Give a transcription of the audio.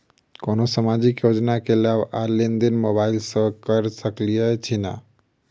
कोनो सामाजिक योजना केँ लाभ आ लेनदेन मोबाइल सँ कैर सकै छिःना?